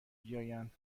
بیایند